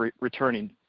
returning